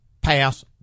pass